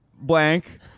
blank